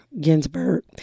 Ginsburg